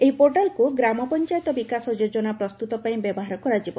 ଏହି ପୋର୍ଟାଲ୍କୁ ଗ୍ରାମ ପଞ୍ଚାୟତ ବିକାଶ ଯୋଜନା ପ୍ରସ୍ତୁତ ପାଇଁ ବ୍ୟବହାର କରାଯିବ